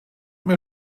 mir